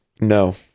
no